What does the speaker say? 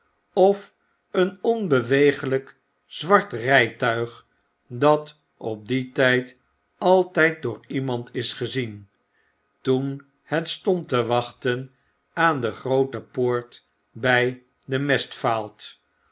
of een onbeweeglyk zwart rytuig dat op dien tyd altijd door iemand is gezien toen het stond te wachten aan de groote poort by de